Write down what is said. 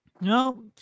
no